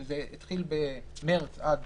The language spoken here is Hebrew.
שזה התחיל במרץ עד